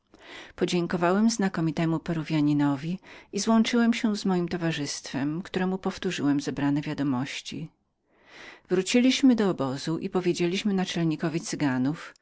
podziękowałem znakomitemu peruwianinowi i złączyłem się z mojem towarzystwem któremu powtórzyłem zebrane wiadomości wróciliśmy do obozu i powiedzieliśmy naczelnikowi cyganów że